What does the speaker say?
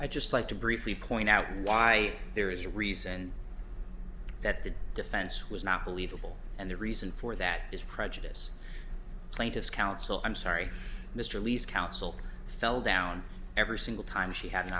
i just like to briefly point out why there is reason that the defense was not believable and the reason for that is prejudice plaintiff's counsel i'm sorry mr lee's counsel fell down every single time she had an